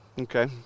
Okay